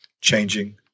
changing